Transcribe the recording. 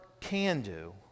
can-do